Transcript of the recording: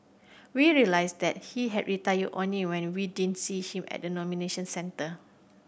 we realised that he had retired only when we didn't see him at the nomination centre